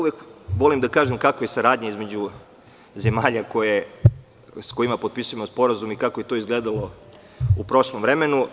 Volim da kažem o tome kakva je saradnja između zemalja sa kojima potpisujemo sporazume i kako je to izgledalo u prošlom vremenu.